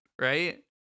right